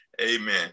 Amen